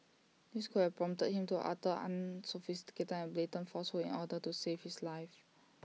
this could have prompted him to utter unsophisticated and blatant falsehoods in order to save his life